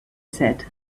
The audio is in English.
said